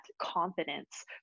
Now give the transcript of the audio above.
confidence